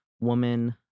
woman